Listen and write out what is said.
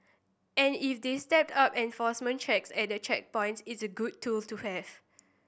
and if they step up enforcement checks at the checkpoints it's a good tool to have